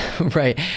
right